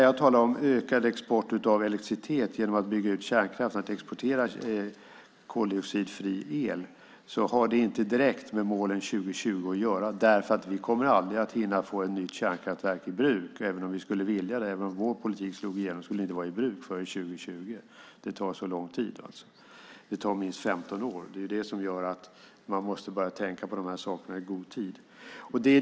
Jag talar om ökad export av elektricitet genom att bygga ut kärnkraft och exportera koldioxidfri el. Det har inte direkt med målen 2020 att göra. Vi kommer aldrig att hinna få ett nytt kärnkraftverk i bruk, även om vi skulle vilja det. Även om vår politik skulle slå igenom skulle det inte vara i bruk före 2020. Det tar så lång tid. Det tar minst 15 år. Det är det som gör att man måste börja tänka på dessa saker i god tid.